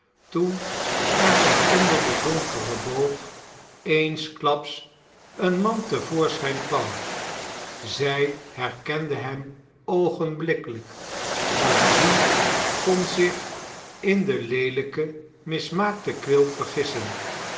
toen er van onder den donkeren boog eensklaps een man te voorschijn kwam zij herkende hem oogenblikkelijk want wie kon zich in den leelijken mismaakten quilp vergissen